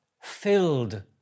filled